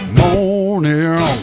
morning